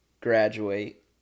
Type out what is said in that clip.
graduate